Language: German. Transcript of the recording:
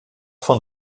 von